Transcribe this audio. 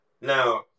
Now